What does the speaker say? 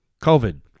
COVID